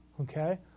Okay